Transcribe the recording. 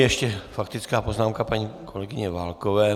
Ještě faktická poznámka paní kolegyně Válkové.